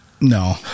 No